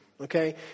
Okay